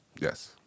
Yes